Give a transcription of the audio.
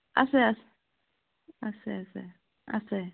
আছে আছে আছে আছে আছে